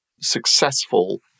successful